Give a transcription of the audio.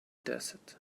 desert